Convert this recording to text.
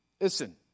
listen